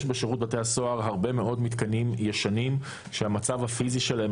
יש בשירות בתי הסוהר הרבה מאוד מתקנים ישנים שהמצב הפיזי שלהם,